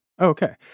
Okay